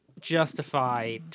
justify